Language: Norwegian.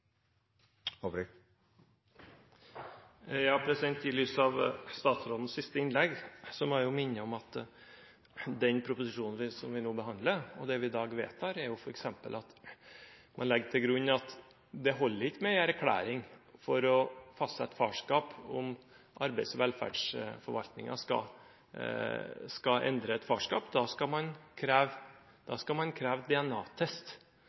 i debatten og får ordet til en kort merknad, begrenset til 1 minutt. I lys av statsrådens siste innlegg må jeg minne om at den proposisjonen som vi nå behandler, og det vi i dag vedtar, er f.eks. at man legger til grunn at det ikke holder med en erklæring for å fastsette farskap om arbeids- og velferdsforvaltningen skal endre et farskap, da skal